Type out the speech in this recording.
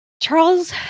Charles